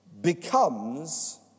becomes